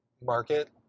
market